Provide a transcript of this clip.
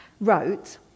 wrote